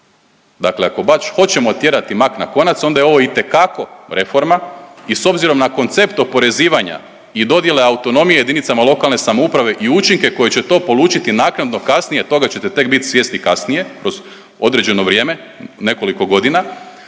Dakle ako baš hoćemo tjerati mak na konac, onda je ovo itekako reforma i s obzirom na koncept oporezivanja i dodjele autonomije jedinicama lokalne samouprave i učinke koje će to polučiti naknadno kasnije, toga ćete tek bit svjesni kasnije kroz određeno vrijeme, nekoliko godina,